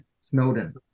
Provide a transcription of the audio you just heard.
Snowden